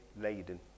laden